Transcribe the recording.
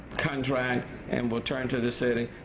contract and will turn to the city,